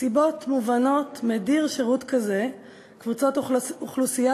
מסיבות מובנות מדיר שירות כזה קבוצות אוכלוסייה